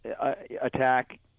attack